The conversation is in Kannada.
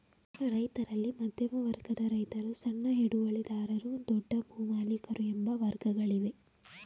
ರೈತರಲ್ಲಿ ಮಧ್ಯಮ ವರ್ಗದ ರೈತರು, ಸಣ್ಣ ಹಿಡುವಳಿದಾರರು, ದೊಡ್ಡ ಭೂಮಾಲಿಕರು ಎಂಬ ವರ್ಗಗಳಿವೆ